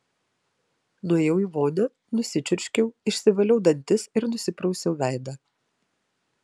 nuėjau į vonią nusičiurškiau išsivaliau dantis ir nusiprausiau veidą